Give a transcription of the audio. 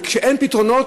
וכשאין פתרונות,